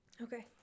okay